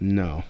no